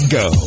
go